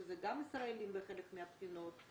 שזה גם ישראלים בחלק מהבחינות,